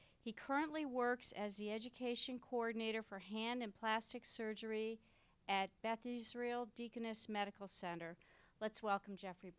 he currently works as the education coordinator for hand in plastic surgery at beth israel deaconess medical center let's welcome jeffrey